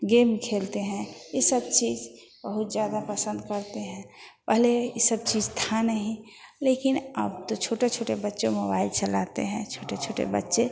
game खेलते हैं ई सब चीज़ बहुत ज़्यादा पसंद करते हैं पहले ई सब चीज़ थी नहीं लेकिन अब तो छोटे छोटे बच्चे मोबाइल चलाते हैं छोटे छोटे बच्चे